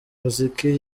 muziki